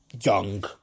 young